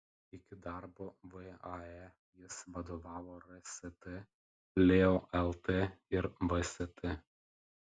iki darbo vae jis vadovavo rst leo lt ir vst